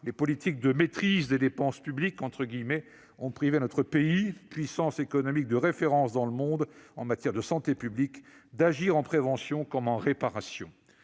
les politiques de « maîtrise des dépenses publiques » ont privé notre pays, puissance économique de référence dans le monde en matière de santé publique, de sa capacité d'agir en prévention comme en réparation.